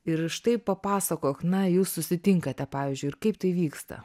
ir štai papasakok na jūs susitinkate pavyzdžiui ir kaip tai vyksta